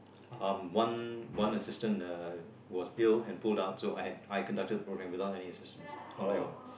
um one one assistant uh was ill and pulled out so I had I conducted the programme without any assistance on my own